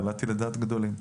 כיוונתי לדעת גדולים.